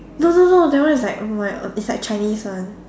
no no no that one is like oh my uh it's like Chinese one